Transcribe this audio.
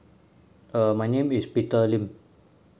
uh my name is peter lim